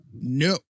No